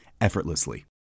effortlessly